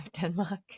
denmark